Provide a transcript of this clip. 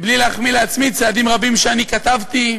בלי להחמיא לעצמי, צעדים רבים שאני כתבתי,